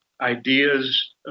ideas